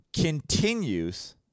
continues